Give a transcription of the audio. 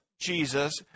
Jesus